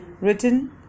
written